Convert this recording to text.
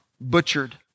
butchered